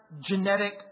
genetic